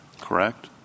correct